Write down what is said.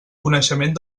coneixement